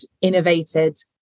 innovated